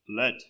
let